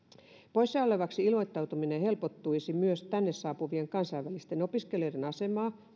poissa olevaksi ilmoittautuminen helpottaisi myös tänne saapuvien kansainvälisten opiskelijoiden asemaa